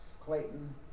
Clayton